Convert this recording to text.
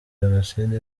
jenoside